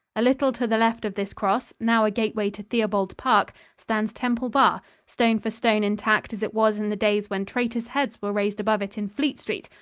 a little to the left of this cross, now a gateway to theobald park, stands temple bar, stone for stone intact as it was in the days when traitors' heads were raised above it in fleet street,